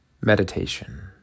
Meditation